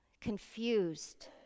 confused